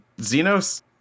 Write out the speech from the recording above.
Xenos